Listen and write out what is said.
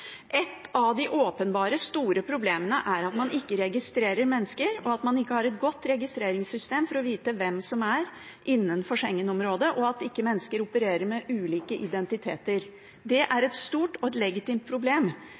Et av de åpenbare, store problemene er at man ikke registrerer mennesker, at man ikke har et godt registreringssystem for å kunne vite hvem som er innenfor Schengen-området, og at mennesker ikke opererer med ulike identiteter. Det er et stort og et legitimt problem,